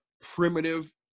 primitive